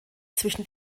zwischen